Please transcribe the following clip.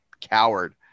coward